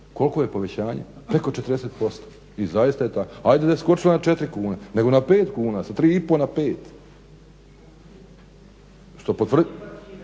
Koliko je povećanje? Preko 40%. I zaista je tako. Hajde da je skočila na 4 kune, nego na 5 kuna, sa 3 i pol na 5 što potvrđuje